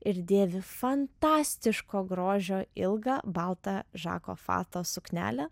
ir dėvi fantastiško grožio ilgą baltą žako fato suknelę